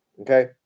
Okay